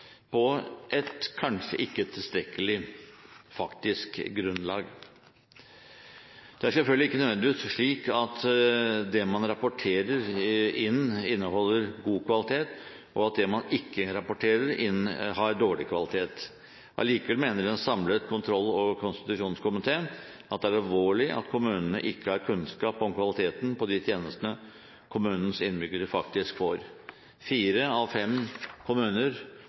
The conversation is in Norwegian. på et kanskje ikke tilstrekkelig faktisk grunnlag. Det er selvfølgelig ikke nødvendigvis slik at det man rapporterer inn, inneholder god kvalitet, og at det man ikke rapporterer inn, har dårlig kvalitet. Allikevel mener en samlet kontroll- og konstitusjonskomité at det er alvorlig at kommunene ikke har kunnskap om kvaliteten på de tjenestene kommunenes innbyggere faktisk får. Fire av fem kommuner